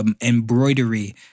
embroidery